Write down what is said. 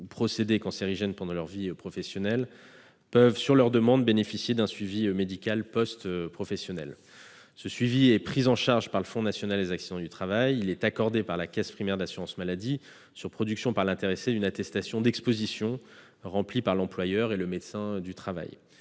des procédés cancérogènes pendant leur vie professionnelle peuvent, sur leur demande, bénéficier d'un suivi médical post-professionnel. Ce suivi, pris en charge par le Fonds national de prévention des accidents du travail et des maladies professionnelles, est accordé par la Caisse primaire d'assurance maladie sur production par l'intéressé d'une attestation d'exposition remplie par l'employeur et le médecin du travail.